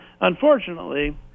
unfortunately